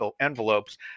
envelopes